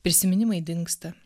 prisiminimai dingsta